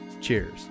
Cheers